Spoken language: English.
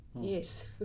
Yes